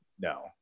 no